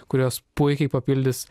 kurios puikiai papildys